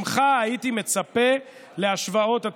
ממך הייתי מצפה להשוואות,